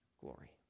glory